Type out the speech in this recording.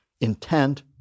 intent